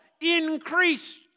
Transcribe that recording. increased